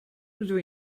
rydw